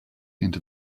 into